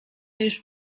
już